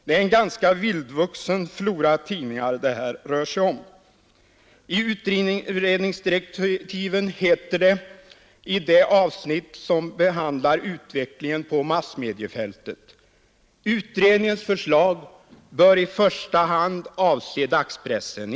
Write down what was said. Det är en ganska vildvuxen flora tidningar det här rör sig om. I utredningsdirektiven heter det i det avsnitt som behandlar utvecklingen på massmediefältet: ”Utredningens förslag bör i första hand avse dagspressen.